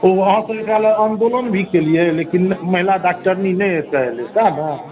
ओ अहाँ सभ एकरा लए आन्दोलन भी केलियै लेकिन महिला डाक्टरनी नहि एतऽ अयलै सएह ने